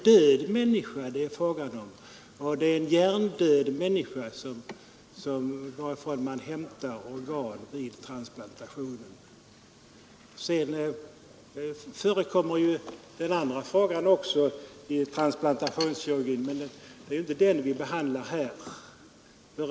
Vår mening är att organ för transplantation skall tas från enbart döda — i detta sammanhang hjärndöda. Organ tas för närvarande inom transplantationsverksamheten även från andra, men den omständigheten behandlar vi inte nu.